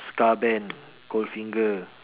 ska band gold finger